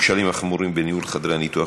בנושא הכשלים החמורים בניהול חדרי הניתוח